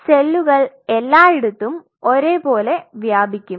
അതിനാൽ സെല്ലുകൾ എല്ലായിടത്തും ഒരേപോലെ വ്യാപിക്കും